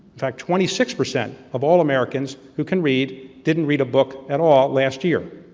in fact, twenty six percent of all americans who can read, didn't read a book at all last year,